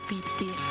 Pitti